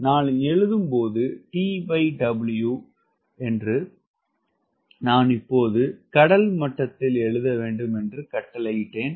நான் எழுதும் போது TW நான் இப்போது கடல் மட்டத்தில் எழுத வேண்டும் என்று கட்டளையிட்டேன்